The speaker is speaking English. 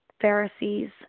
Pharisees